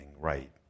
right